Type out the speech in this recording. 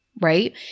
right